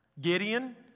Gideon